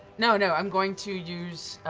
no, no, i'm going to use